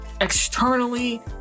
externally